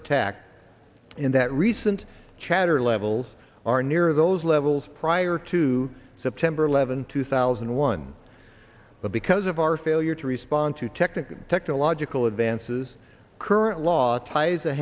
attack in that recent chatter levels are near those levels prior to september eleventh two thousand and one but because of our failure to respond to technical technological advances current law ties the